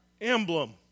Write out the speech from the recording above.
emblem